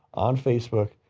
on facebook.